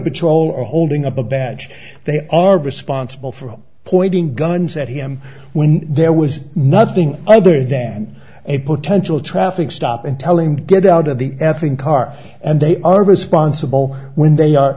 patrol or holding up a badge they are responsible for pointing guns at him when there was nothing other than a potential traffic stop and tell him get out of the effing car and they are responsible when they are